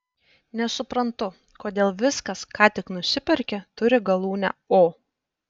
nesuprantu kodėl viskas ką tik nusiperki turi galūnę o